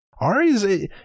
Ari's